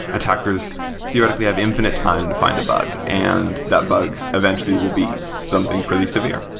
attackers theoretically have infinite time to find a bug, and that bug eventually will be something pretty severe.